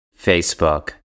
Facebook